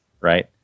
right